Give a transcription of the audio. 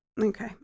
Okay